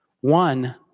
One